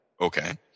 Okay